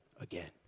again